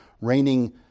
reigning